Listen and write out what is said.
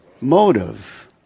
Motive